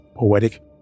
poetic